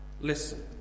Listen